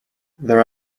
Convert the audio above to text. there